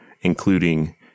including